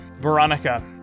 veronica